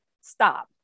stop